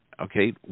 okay